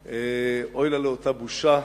לבי, "אוי לה לאותה בושה,